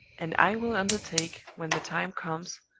and i will undertake, when the time comes,